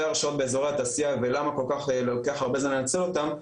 הרשאות באזורי התעשייה ולמה לוקח כל כך הרבה זמן לנצל אותם,